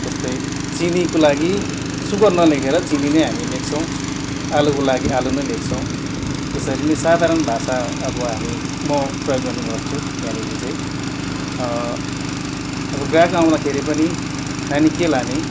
जस्तै चिनीको लागि सुगर नलेखेर चिनी नै हामी लेख्छौँ आलुको लागि आलु नै लेख्छौँ यसरी नै साधारण भाषा अब हामी म प्रयोग गर्ने गर्छु त्यहाँनिर चाहिँ अब ग्राहक आउँदाखेरि पनि नानी के लाने